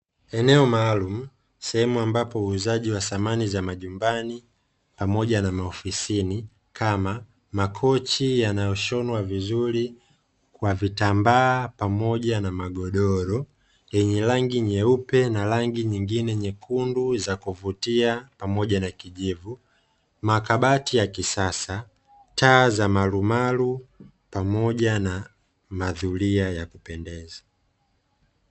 Eneo maalumu sehemu ambapo uuzaji wa bidhaa za majumbani ambapo dhamani za nyumbani zinauzwa makabati ya kisasa pamoja na taa za marumaru za kuvutia